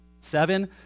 Seven